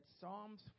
Psalms